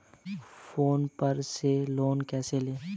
Phone पर से loan कैसे लें?